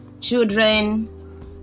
children